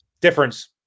difference